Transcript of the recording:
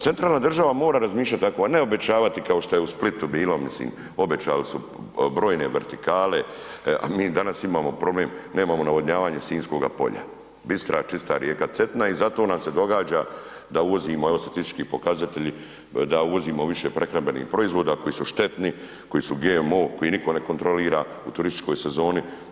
Centralna država mora razmišljati tako, a ne obećavati kao šta je u Splitu bilo, mislim, obećali su brojne vertikale, a mi danas imamo problem nemamo navodnjavanje Sinjskoga polja, bistra, čista rijeka Cetina i zato nam se događa da uvozimo, evo statistički pokazatelji, da uvozimo više prehrambenih proizvoda koji su štetni, koji su GMO, koji nitko ne kontrolira u turističkoj sezoni.